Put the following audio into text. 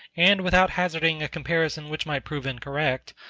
and without hazarding a comparison which might prove incorrect,